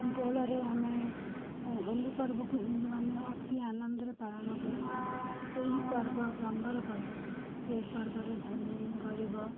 ଦୋଳରେ ଆମେ ଏଁ ହୋଲିପର୍ବକୁ ହିନ୍ଦୁମାନେ ଅତି ଆନନ୍ଦରେ ପାଳନ କରନ୍ତି ଏହି ପର୍ବ ରଙ୍ଗର ପର୍ବ ଏହି ପର୍ବରେ ଧନୀ ଗରିବ